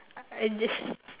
uh this